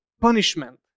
punishment